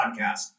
podcast